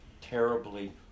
terribly